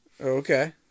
Okay